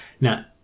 Now